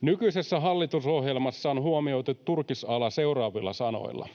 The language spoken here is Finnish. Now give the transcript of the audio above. Nykyisessä hallitusohjelmassa on huomioitu turkisala seuraavilla sanoilla: